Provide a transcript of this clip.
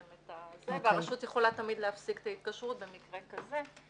הרשות תמיד יכולה להפסיק את ההתקשרות במקרה כזה.